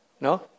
No